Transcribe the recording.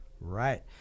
Right